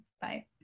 Bye